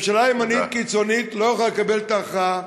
ממשלה ימנית קיצונית לא יכולה לקבל את ההכרעה,